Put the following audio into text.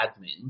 admin